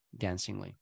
dancingly